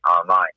online